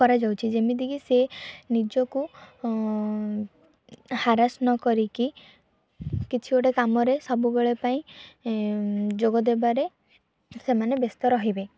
କରାଯାଉଛି ଯେମିତିକି ସେ ନିଜକୁ ହାରାସ ନକରିକି କିଛିଗୋଟିଏ କାମରେ ସବୁବେଳ ପାଇଁ ଯୋଗଦେବାରେ ସେମାନେ ବ୍ୟସ୍ତ ରହିବେ